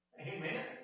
Amen